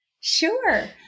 Sure